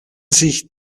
sich